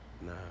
Nah